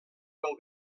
pel